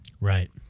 Right